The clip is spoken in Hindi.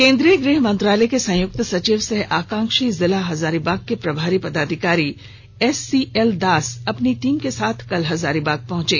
केंद्रीय गृह मंत्रालय के संयुक्त सचिव सह आकांक्षी जिला हजारीबाग के प्रभारी पदाधिकारी एससीएल दास अपनी टीम के साथ कल हजारीबाग पहुंचे